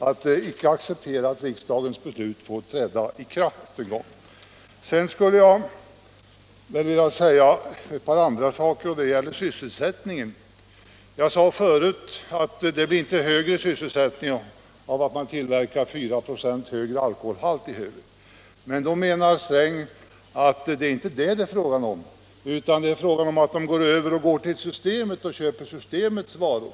Här har också talats om sysselsättningsaspekten. Jag sade tidigare att sysselsättningen inte blir högre för att man tillverkar drycker med 0,4 procents högre alkoholhalt. Herr Sträng menar att det inte är det frågan gäller, utan att människor, om mellanöl inte får säljas i butikerna, i stället går till systemet och köper dess varor.